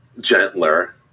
gentler